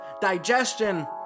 digestion